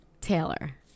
Taylor